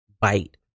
bite